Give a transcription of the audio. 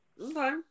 Okay